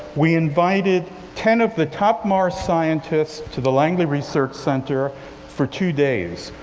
we invited ten of the top mars scientists to the langley research center for two days.